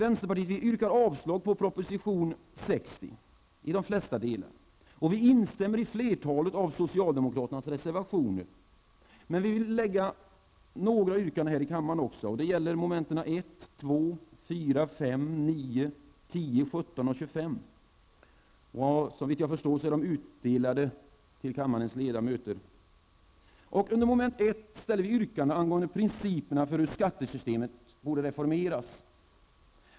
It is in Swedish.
Vänsterpartiet yrkar avslag på proposition 1991/92:60 i de flesta delarna. Vi instämmer i flertalet av socialdemokraternas reservationer och ställer därjämte några yrkanden här kammaren. Det gäller momenten 1, 2, 4, 5, 9, 10, 17 och 25 i utskottets hemställan. Såvitt jag förstår är våra yrkanden utdelade till kammarens ledamöter. Under moment 1 ställer vi yrkande angående principerna för hur skattesystemet borde reformeras.